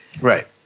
Right